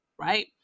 right